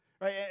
right